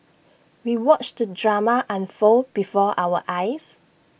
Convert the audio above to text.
we watched the drama unfold before our eyes